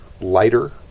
lighter